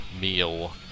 meal